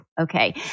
Okay